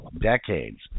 decades